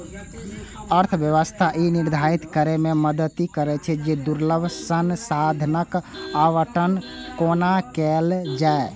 अर्थव्यवस्था ई निर्धारित करै मे मदति करै छै, जे दुर्लभ संसाधनक आवंटन कोना कैल जाए